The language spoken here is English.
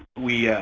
we